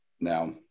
Now